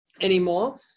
anymore